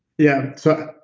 yeah, so,